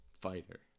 fighter